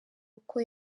uko